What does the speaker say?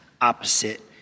opposite